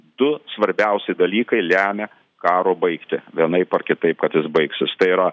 du svarbiausi dalykai lemia karo baigtį vienaip ar kitaip kad jis baigsis tai yra